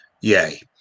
yay